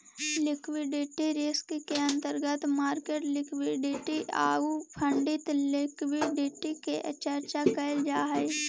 liquidity risk के अंतर्गत market liquidity आउ फंडिंग लिक्विडिटी के चर्चा कैल जा हई